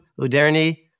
Uderni